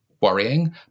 worrying